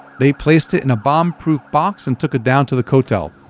they placed it in bomb-proof box and took it down to the kotel.